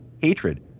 hatred